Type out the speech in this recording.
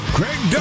Craig